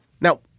Now